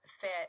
fit